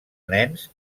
nens